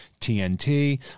TNT